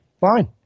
Fine